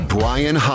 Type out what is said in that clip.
Brian